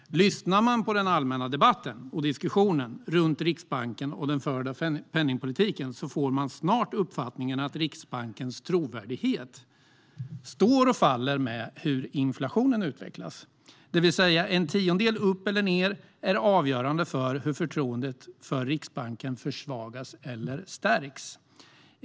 Lyssnar man på den allmänna debatten och diskussionen om Riksbanken och den förda penningpolitiken får man snart uppfattningen att Riksbankens trovärdighet står och faller med hur inflationen utvecklas, det vill säga att en tiondel upp eller ned är avgörande för hur förtroendet för Riksbanken försvagas eller stärks.